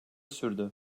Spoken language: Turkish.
sürdü